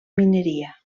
mineria